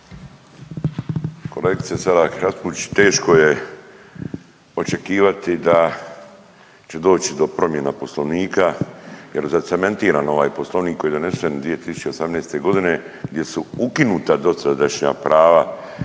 Kolegice Selak Raspudić, teško je očekivati da će doći do promjena Poslovnika jer zacementiran je ovaj Poslovnik koji je donesen 2018. g. gdje su ukinuta dosadašnja prava